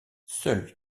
seul